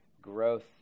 Growth